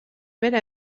bera